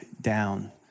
down